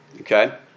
okay